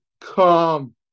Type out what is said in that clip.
come